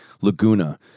Laguna